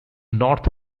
north